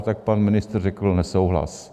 Tak pan ministr řekl nesouhlas.